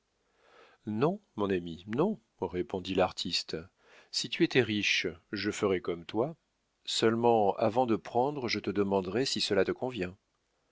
non mon ami non répondit l'artiste si tu étais riche je ferais comme toi seulement avant de prendre je te demanderais si cela te convient